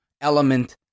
element